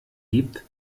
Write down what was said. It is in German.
gibt